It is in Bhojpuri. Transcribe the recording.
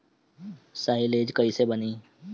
साईलेज कईसे बनी?